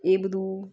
એ બધું